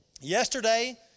Yesterday